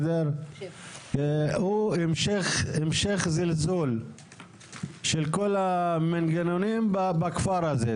הוא המשיך זלזול של כל המנגנונים בכפר הזה.